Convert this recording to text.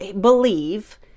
believe